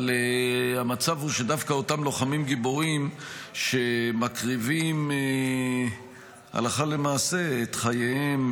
אבל המצב הוא שדווקא אותם לוחמים גיבורים שמקריבים הלכה למעשה את חייהם,